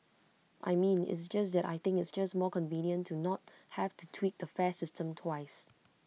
I mean it's just that I think it's just more convenient to not have to tweak the fare system twice